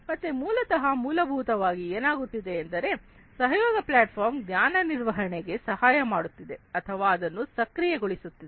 ಮತ್ತೆ ಮೂಲತಃ ಮೂಲಭೂತವಾಗಿ ಏನಾಗುತ್ತಿದೆ ಎಂದರೆ ಕೊಲ್ಯಾಬೊರೇಟಿವ್ ಪ್ಲಾಟ್ಫಾರ್ಮ್ ಜ್ಞಾನ ನಿರ್ವಹಣೆಗೆ ಸಹಾಯ ಮಾಡುತ್ತಿದೆ ಅಥವಾ ಅದನ್ನು ಸಕ್ರಿಯಗೊಳಿಸುತ್ತಿದೆ